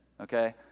Okay